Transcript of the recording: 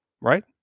right